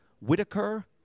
Whitaker